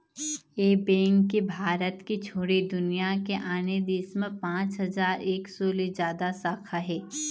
ए bank के भारत के छोड़े दुनिया के आने देश म पाँच हजार एक सौ ले जादा शाखा हे